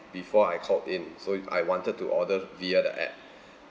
before I called in so it I wanted to order via the app